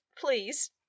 Please